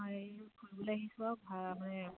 হয় ফুৰিবলৈ আহিছোঁ আৰু ভা মানে